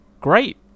great